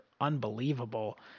unbelievable